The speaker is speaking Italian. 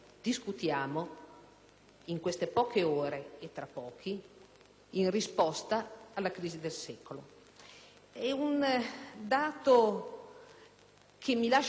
in queste poche ore - e tra pochi - in risposta alla crisi del secolo. È un dato che mi lascia veramente perplessa,